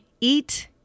eat